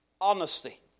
honesty